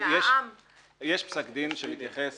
יש פסק דין שמתייחס